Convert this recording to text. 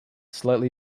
slightly